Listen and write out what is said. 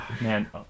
man